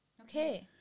Okay